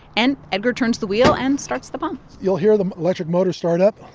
and edgar turns the wheel and starts the pump you'll hear the electric motor start up